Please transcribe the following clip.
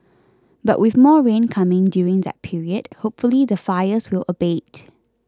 but with more rain coming during that period hopefully the fires will abate